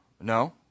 No